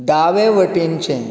दावे वटेनचें